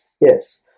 Yes